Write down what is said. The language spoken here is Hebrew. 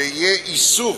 שיהיה איסור